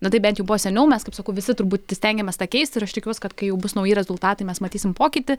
na taip bent jau buvo seniau mes kaip sakau visi turbūt stengiamės tą keisti ir aš tikiuosi kad kai jau bus nauji rezultatai mes matysim pokytį